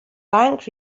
bank